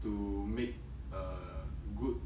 to make a good